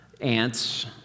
Ants